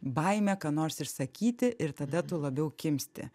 baimė ką nors išsakyti ir tada tu labiau kimsti